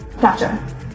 Gotcha